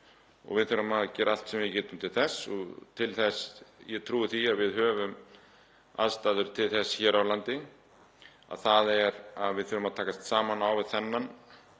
og við þurfum að gera allt sem við getum til þess. Ég trúi því að við höfum aðstæður til þess hér á landi. Við þurfum að takast saman á við þessa